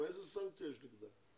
איזה סנקציה יש נגדה?